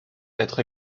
être